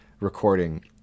recording